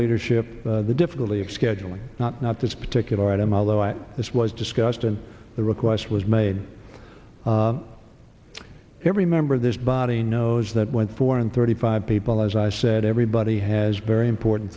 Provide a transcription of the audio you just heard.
leadership the difficulty of scheduling not not this particular item although i this was discussed in the request was made every member of this body knows that went for in thirty five people as i said everybody has very important